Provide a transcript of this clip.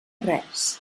res